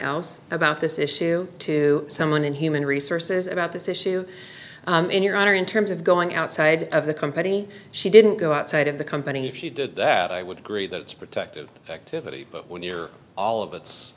else about this issue to someone in human resources about this issue in your honor in terms of going outside of the company she didn't go outside of the company if she did that i would agree that it's protected activity but when you know all of its